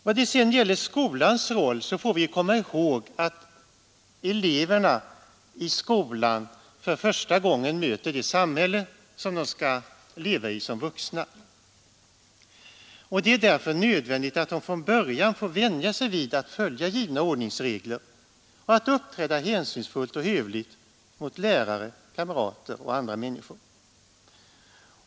När det sedan gäller skolans roll får vi komma ihåg att eleverna i skolan för första gången möter det samhälle som de skall leva i som vuxna. Det är därför nödvändigt att de från början får vänja sig vid att följa givna ordningsregler och att uppträda hänsynsfullt och hövligt mot lärare, kamrater och andra människor.